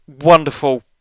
wonderful